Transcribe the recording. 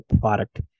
product